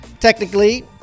Technically